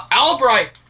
Albright